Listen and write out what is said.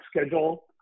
schedule